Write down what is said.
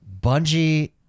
Bungie